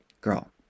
Girl